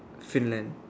Finland